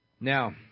Now